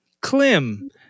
Klim